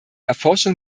erforschung